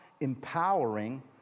empowering